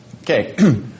Okay